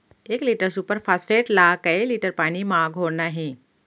एक litre super phosphate ला कए लीटर पानी मा घोरना हे?